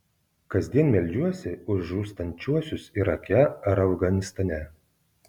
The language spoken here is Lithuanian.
kasdien meldžiuosi už žūstančiuosius irake ar afganistane